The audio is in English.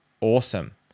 awesome